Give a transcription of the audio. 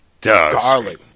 Garlic